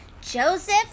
joseph